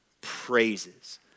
praises